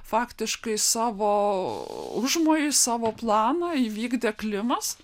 faktiškai savo užmojį savo planą įvykdė klimas